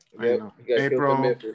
April